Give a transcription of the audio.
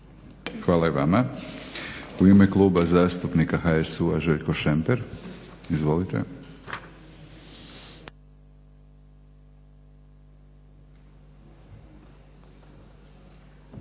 Hvala i vama. U ime Kluba zastupnika HSU-a Željko Šemper. Izvolite. **Šemper,